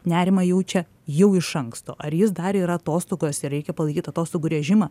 nerimą jaučia jau iš anksto ar jis dar yra atostogose reikia palaikyti atostogų režimą